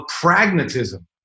pragmatism